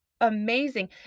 amazing